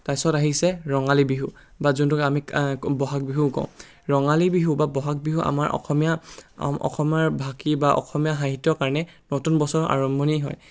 তাৰপিছত আহিছে ৰঙালী বিহু বা যোনটোক আমি বহাগ বিহুও কওঁ ৰঙালী বিহু বা বহাগ বিহু আমাৰ অসমীয়া অসমৰ ভাষী বা অসমৰ সাহিত্যৰ কাৰণে নতুন বছৰৰ আৰম্ভণি হয়